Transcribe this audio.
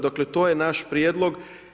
Dakle, to je naš prijedlog.